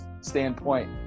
standpoint